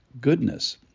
goodness